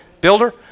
builder